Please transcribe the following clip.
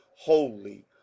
holy